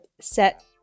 set